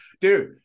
dude